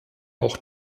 auch